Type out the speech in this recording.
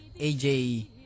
AJ